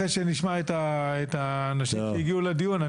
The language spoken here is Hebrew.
אחרי שנשמע את האנשים שהגיעו לדיון,